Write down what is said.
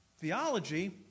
theology